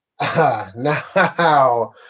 Now